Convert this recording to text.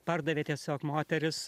pardavė tiesiog moteris